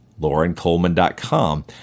LaurenColeman.com